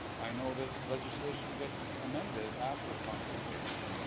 i know that legislation gets amended after consultation,